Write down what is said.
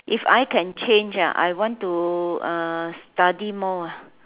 if I can change ah I want to uh study more ah